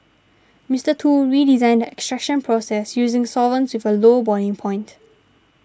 Mister Tu redesigned the extraction process using solvents with a low boiling point